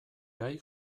gai